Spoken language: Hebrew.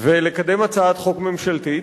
ולקדם הצעת חוק ממשלתית.